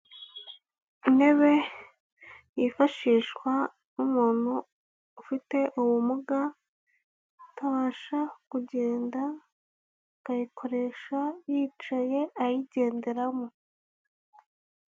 Intebe yifashishwa n'umuntu ufite ubumuga, utabasha kugenda, akayikoresha yicaye, ayigenderamo.